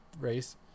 race